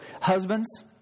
husbands